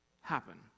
happen